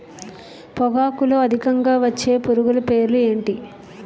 పొగాకులో అధికంగా వచ్చే పురుగుల పేర్లు ఏంటి